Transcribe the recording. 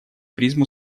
призму